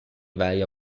vario